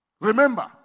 Remember